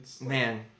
Man